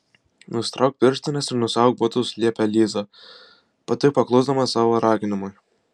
nusitrauk pirštines ir nusiauk batus liepė liza pati paklusdama savo raginimui